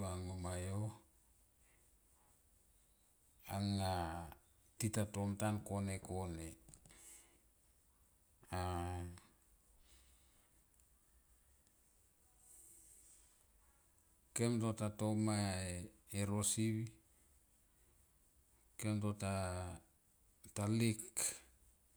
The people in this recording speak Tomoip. va ngo ma yo anga tita tomtan kone kone a kem tota toma erosie kem to ta lek.